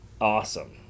awesome